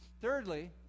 Thirdly